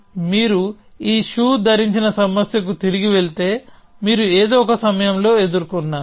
మీరు ఈ షూ ధరించిన సమస్యకు తిరిగి వెళ్తే మీరు ఏదో ఒక సమయంలో ఎదుర్కొన్నారు